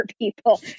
people